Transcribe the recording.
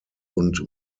und